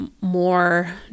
more